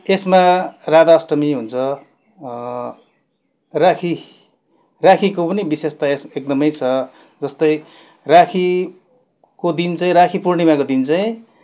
त्यसमा राधा अष्टमी हुन्छ राखी राखीको पनि विशेषता यसमा एकदमै छ जस्तै राखीको दिन चाहिँ राखी पूर्णिमाको दिन चाहिँ